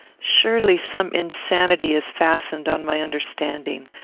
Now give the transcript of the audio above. surely some insanity has fastened on my understanding.